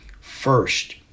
first